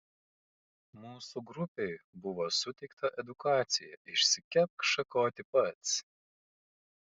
mūsų grupei buvo suteikta edukacija išsikepk šakotį pats